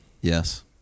Yes